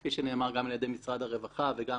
כפי שנאמר גם על ידי משרד הרווחה וגם